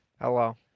Hello